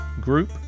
group